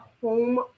home